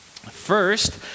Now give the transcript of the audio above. First